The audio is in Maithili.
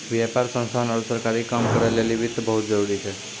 व्यापार संस्थान आरु सरकारी काम करै लेली वित्त बहुत जरुरी छै